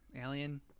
Alien